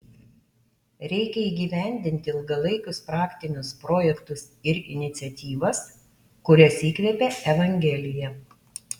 reikia įgyvendinti ilgalaikius praktinius projektus ir iniciatyvas kurias įkvepia evangelija